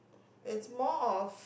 it's more of